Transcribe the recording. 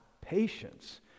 patience